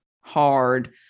hard